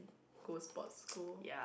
go sport school